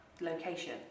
location